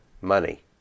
money